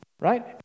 right